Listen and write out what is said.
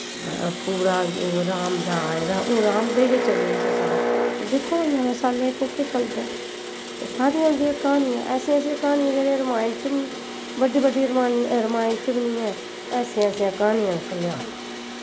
पूरा जो राम दा आए दा हा हून राम दे गै चले इस साल दिक्खो हून नमें साल्ले गी कोह्के चलदे न एह् सारियां उंदियां कहानियां ऐसियां ऐसियां कहानियां जेह्ड़ियां रमायण च बी निं बड्डी बड्डी रमायण रमायण च बी निं हैन ऐसियां ऐसियां कहानियां न कलेआन च